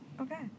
Okay